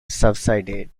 subsided